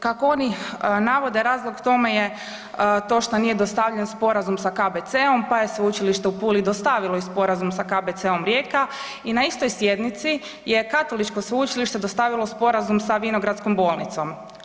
Kako oni navode razlog tome je to što nije dostavljen sporazum sa KBC-om, pa je Sveučilište u Puli dostavilo i sporazum sa KBC-om Rijeka i na istoj sjednici je Katoličko sveučilište dostavilo sporazum sa Vinogradskom bolnicom.